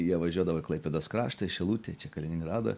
jie važiuodavo į klaipėdos kraštą į šilutę čia kaliningradą